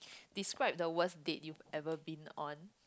describe the worst date you've ever been on